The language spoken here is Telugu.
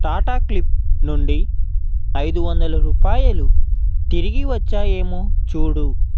టాటా క్లిక్ నుండి ఐదువందల రూపాయలు తిరిగివచ్చాయేమో చూడు